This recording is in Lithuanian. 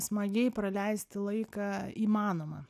smagiai praleisti laiką įmanoma